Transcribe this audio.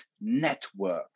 network